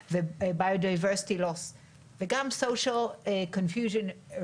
הגיוון הביולוגי, סחיפת ההתלכדות החברתית.